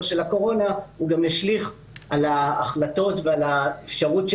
של הקורונה הוא גם ישליך על ההחלטות ועל האפשרות של